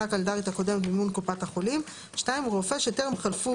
הקלנדרית הקודמת במימון קופת החולים; הוא רופא שטרם חלפו